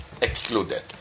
excluded